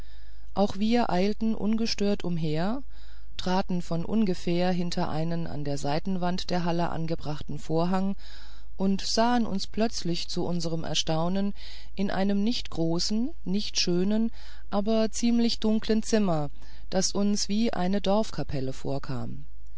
auch wir eilten ungestört umher traten von ungefähr hinter einen an der seitenwand der halle angebrachten vorhang und sahen uns plötzlich zu unserem erstaunen in einem nicht großen nicht schönen aber ziemlich dunklen zimmer das uns wie eine dorfkapelle vorkam